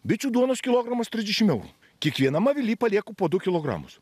bičių duonos kilogramas trisdešim eurų kiekvienam avily palieku po du kilogramus